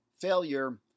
Failure